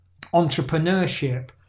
entrepreneurship